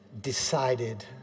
decided